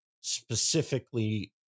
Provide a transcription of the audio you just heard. specifically